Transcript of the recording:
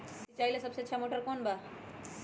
सिंचाई ला सबसे अच्छा मोटर कौन बा?